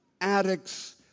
addicts